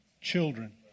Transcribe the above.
children